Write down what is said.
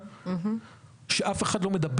כהיקש לדבר